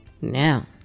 now